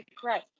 great